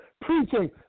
preaching